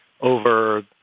over